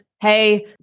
hey